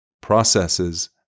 processes